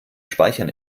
speichern